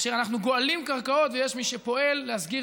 כאשר אנחנו גואלים קרקעות ויש מי שפועל להסגיר